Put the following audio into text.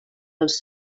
als